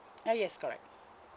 uh yes correct